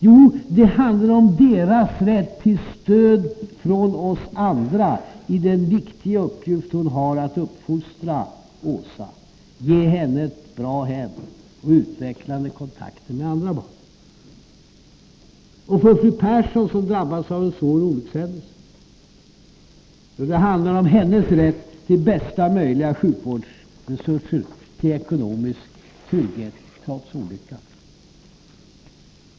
Jo det handlar om deras rätt till stöd från oss andra i den viktiga uppgift de har att uppfostra Åsa, samt ge henne ett bra hem och utvecklande kontakter med andra barn. Och för fru Persson som drabbats av en svår olyckshändelse? Det handlar om hennes rätt till bästa möjliga sjukvårdsresurser, till ekonomisk trygghet trots olyckan.